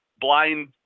blind